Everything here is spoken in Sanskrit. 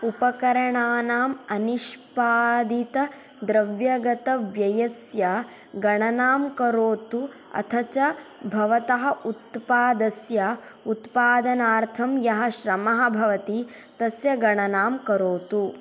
उपकरणानाम् अनिष्पादितद्रव्यगतव्ययस्य गणनां करोतु अथ च भवतः उत्पादस्य उत्पादनार्थं यः श्रमः भवति तस्य गणनां करोतु